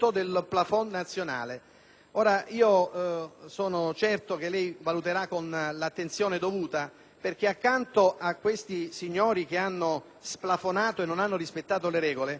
Sono certo che lei valuterà con l'attenzione dovuta, perché, accanto a questi signori che hanno splafonato e non hanno rispettato le regole, ci sono più di 40.000